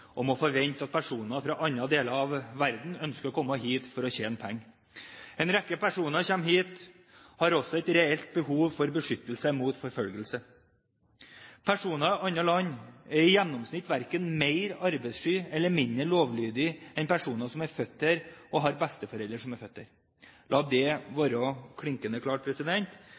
om ordet til sak nr. 1. La meg aller først få lov til å understreke at vi lever i et rikt land og må forvente at personer fra andre deler av verden ønsker å komme hit for å tjene penger. En rekke personer som kommer hit, har også et reelt behov for beskyttelse mot forfølgelse. Personer fra andre land er i gjennomsnitt verken mer arbeidssky eller mindre lovlydige enn personer